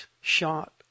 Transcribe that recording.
shot